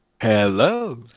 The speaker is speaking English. Hello